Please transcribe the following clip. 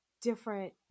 different